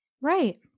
Right